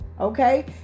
Okay